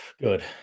good